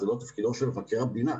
זה לא תפקידו של מבקר המדינה.